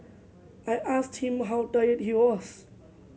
I asked him how tired he was